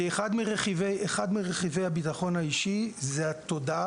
כי אחד מרכיבי הבטחון האישי זה התודעה